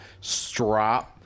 Strop